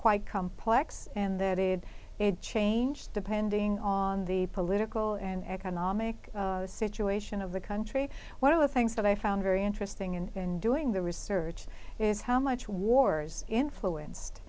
quite complex and that it had changed depending on the political and economic situation of the country one of the things that i found very interesting and doing the research is how much wars influenced